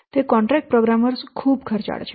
તે કોન્ટ્રાકટ પ્રોગ્રામરો ખૂબ ખર્ચાળ છે